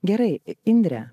gerai indre